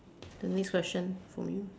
the next question from you